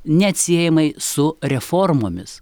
neatsiejamai su reformomis